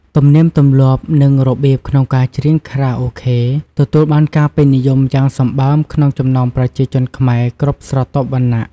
ទំនៀមទំលាប់និងរបៀបក្នុងការច្រៀងខារ៉ាអូខេ ទទួលបានការពេញនិយមយ៉ាងសម្បើមក្នុងចំណោមប្រជាជនខ្មែរគ្រប់ស្រទាប់វណ្ណៈ។